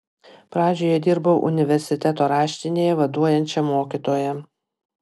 pradžioje dirbau universiteto raštinėje vaduojančia mokytoja